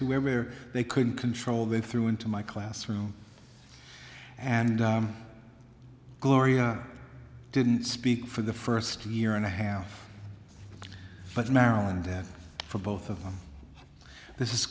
were they couldn't control they threw into my classroom and gloria didn't speak for the first year and a half but in maryland for both of them this is